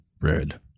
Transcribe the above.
red